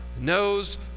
knows